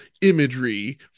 imagery